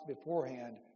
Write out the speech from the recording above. beforehand